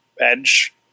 Edge